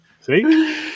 See